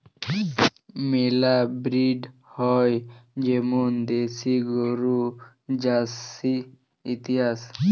মেলা ব্রিড হ্যয় যেমল দেশি গরু, জার্সি ইত্যাদি